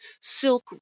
silk